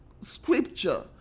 Scripture